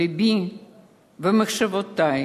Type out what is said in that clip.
לבי ומחשבותי